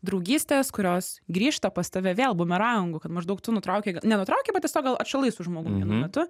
draugystės kurios grįžta pas tave vėl bumerangu kad maždaug tu nutraukei nenutraukei bet tiesiog gal atšalai su žmogum vienu metu